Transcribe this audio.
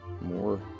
more